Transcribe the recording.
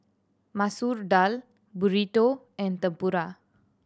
Masoor Dal Burrito and Tempura